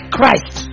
Christ